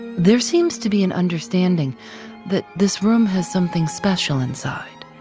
there seems to be an understanding that this room has something special inside.